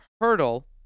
hurdle